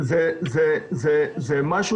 זה משהו